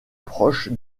proche